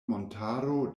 montaro